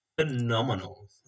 phenomenal